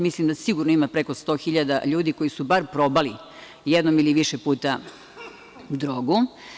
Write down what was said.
Mislim da sigurno ima preko 100.000 ljudi koji su bar probali jednom ili više puta drogu.